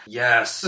yes